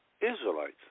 Israelites